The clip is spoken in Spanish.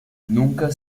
nunca